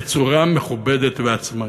בצורה מכובדת ועצמאית.